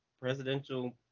presidential